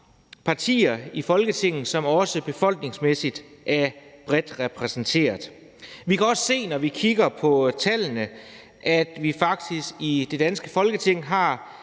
partier i Folketinget, som også befolkningsmæssigt er bredt repræsenteret. Vi kan faktisk også se, når vi kigger på tallene, at vi i det danske Folketing har